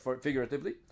figuratively